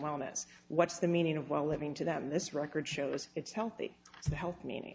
wellness what's the meaning of while living to them this record shows it's healthy to health meaning